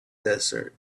desert